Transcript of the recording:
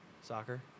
Soccer